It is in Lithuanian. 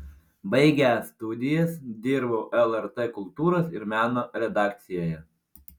baigęs studijas dirbau lrt kultūros ir meno redakcijoje